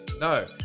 no